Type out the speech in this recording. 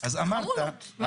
חמולות, למה לא?